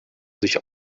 sich